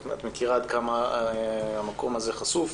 את מכירה עד כמה המקום הזה חשוף,